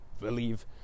believe